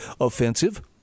offensive